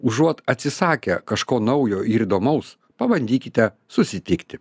užuot atsisakę kažko naujo ir įdomaus pabandykite susitikti